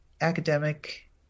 academic